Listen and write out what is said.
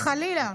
חלילה.